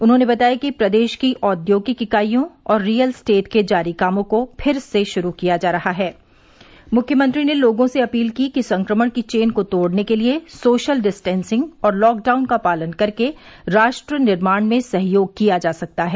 उन्होंने बताया कि प्रदेश की औद्योगिक इकाइयों और रियल स्टेट के जारी कामों को फिर से शुरू किया जा रहा है मुख्यमंत्री ने लोगों से अपील की कि संक्रमण की चेन को तोड़ने के लिये सोशल डिस्टेंसिंग और लॉकडाउन का पालन करके राष्ट्र निर्माण में सहयोग किया जा सकता है